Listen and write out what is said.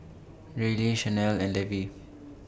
Reilly Shanelle and Levy